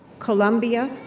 columbia,